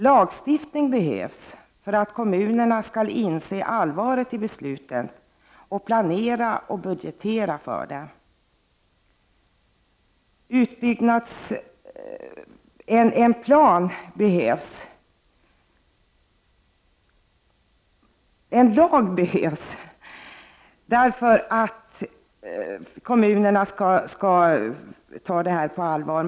Lagstiftning behövs för att kommunerna skall inse allvaret i besluten och planera och budgetera därefter.